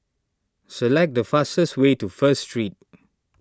select the fastest way to First Street